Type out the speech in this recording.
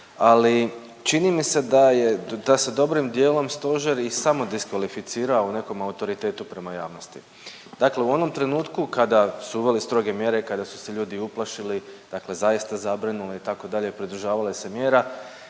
ali čini mi se da je, da se dobrim dijelom Stožer i samodiskvalificirao u nekom autoritetu prema javnosti. Dakle u onom trenutku kada su uveli stroge mjere, kada su se ljudi uplašili, dakle zaista zabranu itd., pridržavali se mjera.